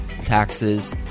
taxes